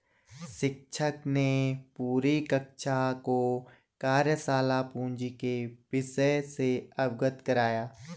शिक्षक ने पूरी कक्षा को कार्यशाला पूंजी के विषय से अवगत कराया